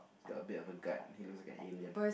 look a bit of a guard he looks like an alien